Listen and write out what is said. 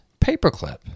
paperclip